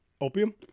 Opium